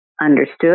understood